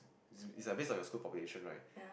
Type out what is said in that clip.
is is like base on your school population right